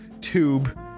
tube